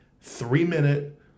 three-minute